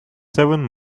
seven